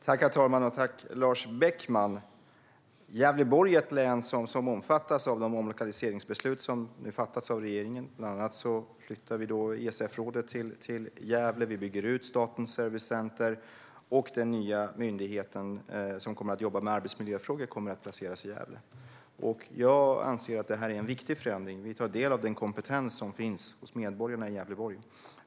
Herr talman! Tack, Lars Beckman! Gävleborg är ett län som omfattas av de omlokaliseringsbeslut som har fattats av regeringen. Bland annat flyttar vi ESF-rådet till Gävle och bygger ut Statens servicecenter, och den nya myndighet som kommer att jobba med arbetsmiljöfrågor kommer att placeras i Gävle. Jag anser att detta är viktiga förändringar. Vi tar del av den kompetens som finns hos medborgarna i Gävleborg.